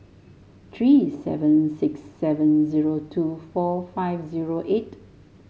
three seven six seven zero two four five zero eight